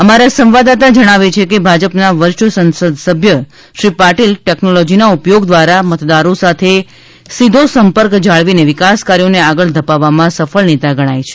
અમારા સંવાદદાતા જણાવે છે કે ભાજપના વરિષ્ઠ સંસદસભ્ય શ્રી પાટીલ ટેક્નોલોજીના ઉપયોગ દ્વારા મતદારો સાથે સીધો સંપર્ક જાળવીને વિકાસ કાર્યોને આગળ ધપાવવામાં સફળ નેતા ગણાય છે